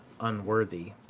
unworthy